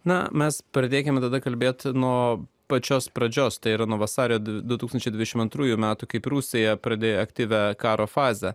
na mes pradėkime tada kalbėti nuo pačios pradžios tai yra nuo vasario du tūkstančiai dvidešimt antrųjų metų kaip rusija pradėjo aktyvią karo fazę